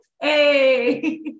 Hey